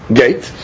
gate